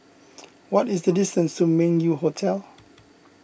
what is the distance to Meng Yew Hotel